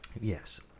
yes